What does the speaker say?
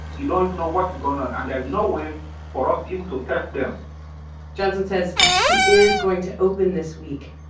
you don't even know what's going on, and there's no way for us even to test them johnson says he is going to open this week,